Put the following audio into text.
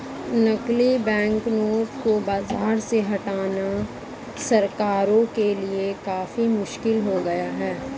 नकली बैंकनोट को बाज़ार से हटाना सरकारों के लिए काफी मुश्किल हो गया है